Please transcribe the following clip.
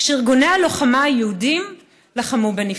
כשארגוני הלוחמה היהודיים לחמו בנפרד.